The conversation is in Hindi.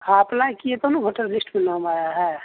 हाँ अप्लाई किये तब न वोटर लिस्ट में नाम आया है